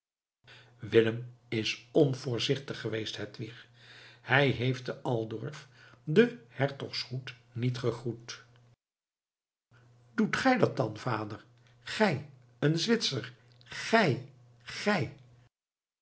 willem is onvoorzichtig geweest hedwig hij heeft te altorf den hertogshoed niet gegroet doet gij dat dan vader gij een zwitser gij gij